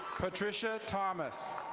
patricia thomas.